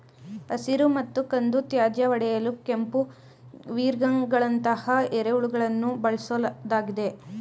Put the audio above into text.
ಹಸಿರು ಮತ್ತು ಕಂದು ತ್ಯಾಜ್ಯ ಒಡೆಯಲು ಕೆಂಪು ವಿಗ್ಲರ್ಗಳಂತಹ ಎರೆಹುಳುಗಳನ್ನು ಬಳ್ಸೋದಾಗಿದೆ